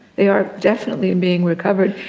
they are definitely and being recovered.